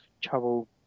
trouble